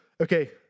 Okay